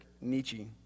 Nietzsche